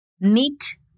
meet